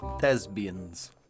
Thespians